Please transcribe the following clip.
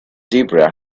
debra